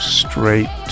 straight